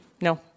No